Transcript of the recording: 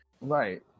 Right